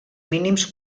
mínims